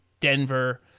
Denver